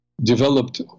developed